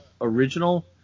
original